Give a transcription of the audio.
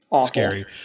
scary